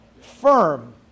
firm